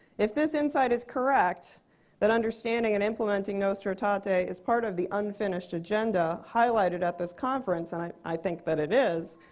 if this insight is correct that understanding and implementing nostra aetate ah is part of the unfinished agenda highlighted at this conference, and i i think that it is,